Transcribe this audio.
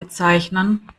bezeichnen